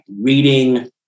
reading